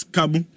Kabu